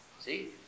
See